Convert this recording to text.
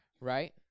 right